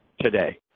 today